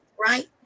right